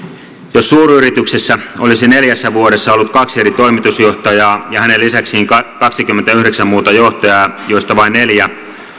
jos suuryrityksessä olisi neljässä vuodessa ollut kaksi eri toimitusjohtajaa ja heidän lisäkseen kaksikymmentäyhdeksän muuta johtajaa joista vain neljä